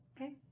Okay